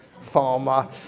farmer